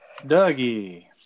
Dougie